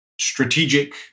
strategic